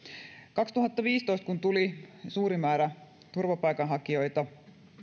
kaksituhattaviisitoista kun tuli suuri määrä turvapaikanhakijoita